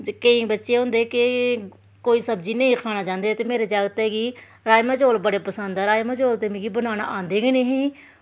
ते केईं बच्चे होंदे के कोई सब्जै नेईं खाना चाहंदे ते मेरे बच्चें गी राजमांह् चौल बड़े पसंद न राजमांह् चौल ते मिगी बनाना आंदे निं हे